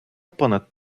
понад